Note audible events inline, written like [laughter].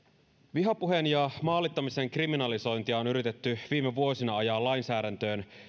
vihapuheen ja [unintelligible] maalittamisen kriminalisointia on yritetty viime vuosina ajaa lainsäädäntöön